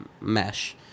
mesh